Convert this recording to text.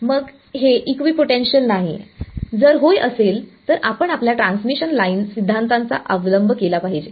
मग हे इक्विपोटेन्शियल नाही जर होय असेल तर आपण आपल्या ट्रान्समिशन लाइन सिद्धांताचा अवलंब केला पाहिजे